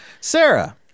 Sarah